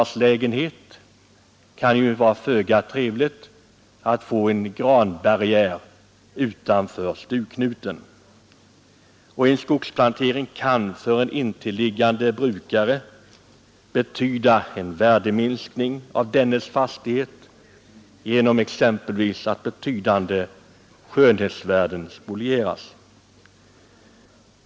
Det är föga trevligt att få en granbarriär utanför stugknuten, och en skogsplantering kan för en intilliggande brukare dessutom betyda en värdeminskning av dennes fastighet, exempelvis genom att betydande skönhetsvärden spolieras.